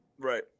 Right